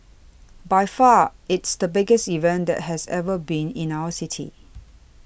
by far it's the biggest event that has ever been in our city